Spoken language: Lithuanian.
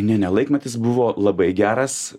ne ne laikmetis buvo labai geras